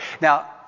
Now